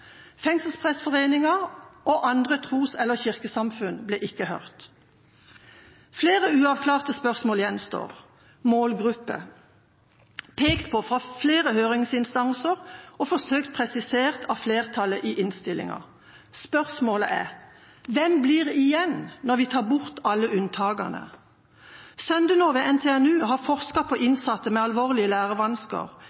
Fengselsprestforeninga og andre tros- eller kirkesamfunn ble ikke hørt. Flere uavklarte spørsmål gjenstår. Ett gjelder målgruppe, som er pekt på fra flere høringsinstanser og forsøkt presisert av flertallet i innstillinga. Spørsmålet er: Hvem blir igjen når vi tar bort alle unntakene? Søndenaa ved NTNU har forsket på innsatte med alvorlige lærevansker,